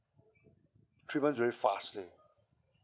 three month very fast leh